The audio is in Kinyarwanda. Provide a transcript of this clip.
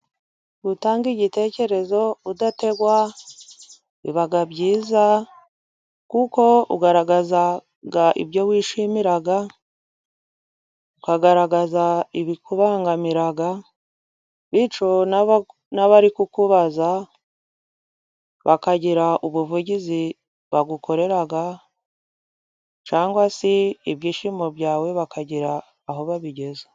Gutanga igitekerezo udategwa biba byiza ,kuko ugaragaza ibyo wishimira, ukagaragaza ibikubangamira, bityo n'abari kukubaza bakagira ubuvugizi bagukorera, cyangwa se ibyishimo byawe bakagira aho babigeza.